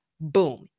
Boom